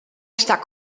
stak